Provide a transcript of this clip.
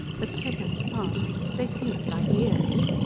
but seconds passed. they seemed like years.